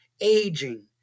aging